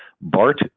Bart